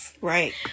Right